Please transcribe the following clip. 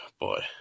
Boy